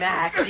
Max